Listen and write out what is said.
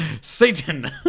Satan